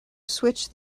switch